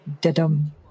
da-dum